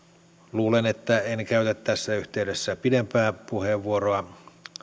luulen että en käytä tässä yhteydessä pidempää puheenvuoroa